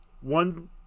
one